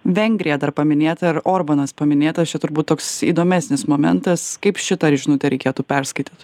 vengrija dar paminėta ir orbanas paminėtas čia turbūt toks įdomesnis momentas kaip šitą žinutę reikėtų perskaityt